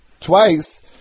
twice